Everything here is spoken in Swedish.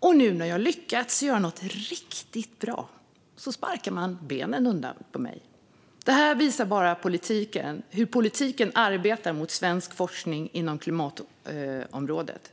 Och nu när jag har lyckats göra något riktigt bra slår man undan benen för mig. Det här visar bara hur politiken arbetar mot svensk forskning inom klimatområdet.